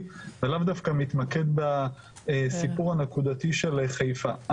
ולאו דווקא מתמקדים בסיפור הנקודתי של העיר חיפה.